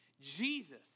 Jesus